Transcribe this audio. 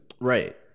Right